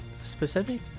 specific